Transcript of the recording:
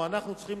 או אנחנו צריכים,